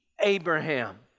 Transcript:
Abraham